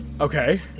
Okay